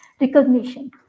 recognition